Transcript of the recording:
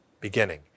beginning